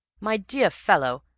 my dear fellow,